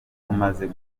tumaze